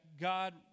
God